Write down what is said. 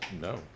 No